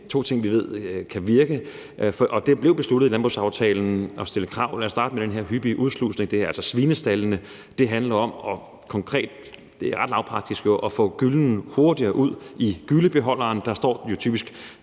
to ting, vi ved kan virke, og det blev besluttet i landbrugsaftalen at stille de her krav. Lad os starte med den her hyppige udslusning. Det er altså svinestaldene, det handler om. Ret lavpraktisk og konkret handler det om at få gyllen hurtigere ud i gyllebeholderen. Der står den jo typisk